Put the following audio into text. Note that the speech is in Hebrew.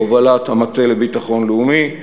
בהובלת המטה לביטחון לאומי,